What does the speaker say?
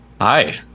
Hi